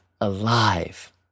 alive